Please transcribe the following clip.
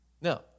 Now